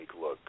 look